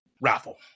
raffle